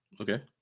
Okay